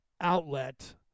outlet